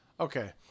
Okay